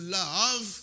love